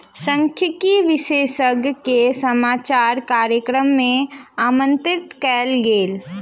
सांख्यिकी विशेषज्ञ के समाचार कार्यक्रम मे आमंत्रित कयल गेल